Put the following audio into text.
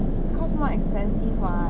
cause more expensive [what]